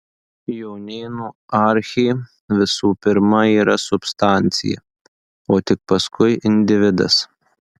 jonėnų archė visų pirma yra substancija o tik paskui individas